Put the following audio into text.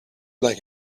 like